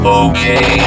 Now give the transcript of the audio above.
okay